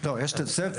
לא, יש את התוספת.